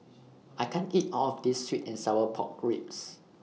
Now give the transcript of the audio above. I can't eat All of This Sweet and Sour Pork Ribs